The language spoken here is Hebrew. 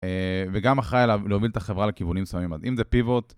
וגם אחרי עליו להוביל את החברה לכיוונים מסוימים. אם זה פיבוט...